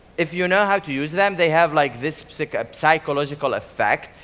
if you know how to use them, they have like this so ah psychological effect.